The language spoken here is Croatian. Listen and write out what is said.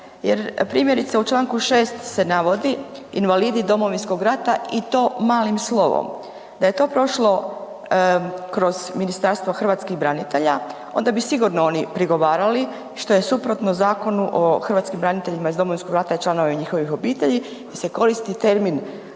jer primjerice u Članku 6. se navodi invalidi Domovinskom rata i to malim slovom, da je to prošlo kroz Ministarstvo hrvatskih branitelja onda bi sigurno oni prigovarali što je suprotno Zakonu o hrvatskim braniteljima iz Domovinskog rata i članova njihovih obitelji se koristi termin